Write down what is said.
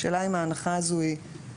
השאלה אם ההנחה הזאת נכונה?